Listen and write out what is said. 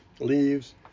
leaves